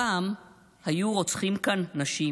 / פעם היו רוצחים כאן נשים.